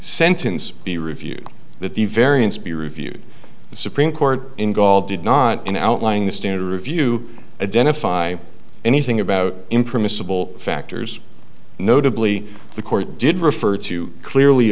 sentence be reviewed that the variance be reviewed the supreme court in gaul did not and outlying the standard review identify anything about impermissible factors notably the court did refer to clearly